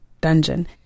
dungeon